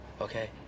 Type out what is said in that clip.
okay